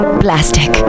plastic